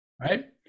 Right